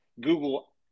google